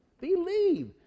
Believe